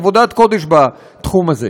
עבודת קודש בתחום הזה,